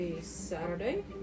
Saturday